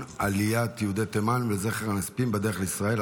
עליית יהודי תימן ולזכר הנספים בדרך לישראל,